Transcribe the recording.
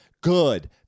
Good